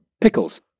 Pickles